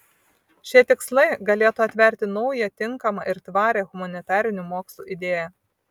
šie tikslai galėtų atverti naują tinkamą ir tvarią humanitarinių mokslų idėją